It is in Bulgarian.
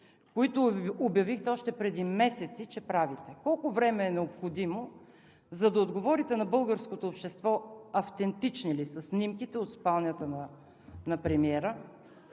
които обявихте още преди месеци, че правите? Колко време е необходимо, за да отговорите на българското общество автентични ли са снимките от спалнята на премиера,